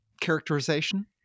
characterization